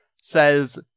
says